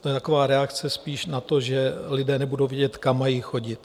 To je taková reakce spíš na to, že lidé nebudou vědět, kam mají chodit.